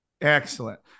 Excellent